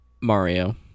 Mario